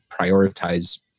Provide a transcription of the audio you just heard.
prioritize